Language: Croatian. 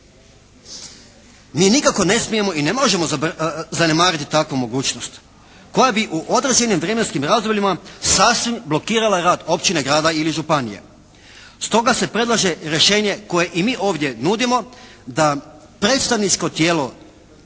Mi nikako ne smijemo i ne možemo zanemariti takvu mogućnost koja bi u određenim vremenskim razdobljima sasvim blokirala rad općine, grada ili županije. Stoga se predlaže rješenje koje i mi ovdje nudimo da predstavničko tijelo